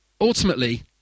ultimately